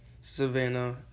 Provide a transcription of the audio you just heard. Savannah